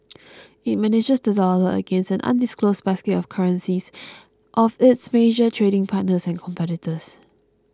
it manages the dollar against an undisclosed basket of currencies of its major trading partners and competitors